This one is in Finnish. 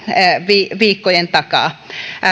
lähiviikkojen takaa